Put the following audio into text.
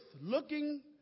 looking